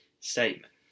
statement